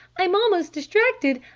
i'm almost distracted!